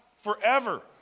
forever